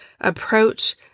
approach